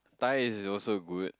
Thai is also good